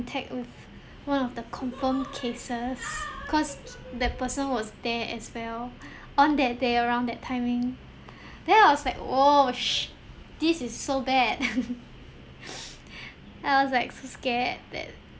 with one of the confirmed cases cause the person was there as well on that day around that timing then I was like !whoa! sh~ this is so bad I was like so scared that